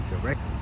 directly